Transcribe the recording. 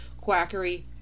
quackery